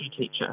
teacher